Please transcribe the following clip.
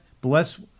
Bless